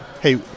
hey